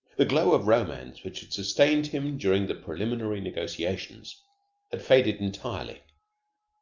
the glow of romance which had sustained him during the preliminary negotiations had faded entirely.